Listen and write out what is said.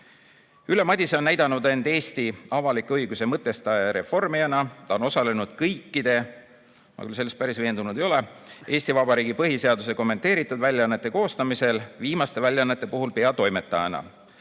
Ülle Madise on näidanud end Eesti avaliku õiguse mõtestaja ja reformijana. Ta on osalenud kõikide (Mina küll selles päris veendunud ei ole. – T. K.) Eesti Vabariigi põhiseaduse kommenteeritud väljaannete koostamisel, viimaste väljaannete puhul peatoimetajana.